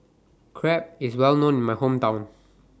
Crepe IS Well known in My Hometown